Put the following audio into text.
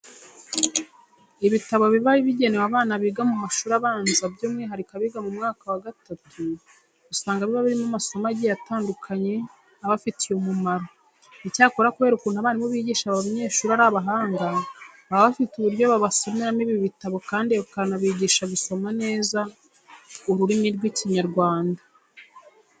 Ibitabo biba bigenewe abana biga mu mashuri abanza by'umwihariko abiga mu mwaka wa gatatu usanga biba birimo amasomo agiye atandukanye abafitiye umumaro. Icyakora kubera ukuntu abarimu bigisha aba banyeshuri ari abahanga, baba bafite uburyo babasomeramo ibi bitabo kandi bakanabigisha gusoma neza ururimi rw'Ikinyarwanda.